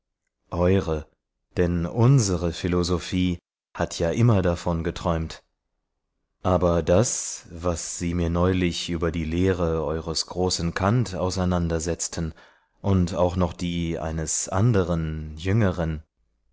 eure denn unsere philosophie hat ja immer davon geträumt aber das was sie mir neulich über die lehre eures großen kant auseinandersetzten und auch noch die eines anderen jüngeren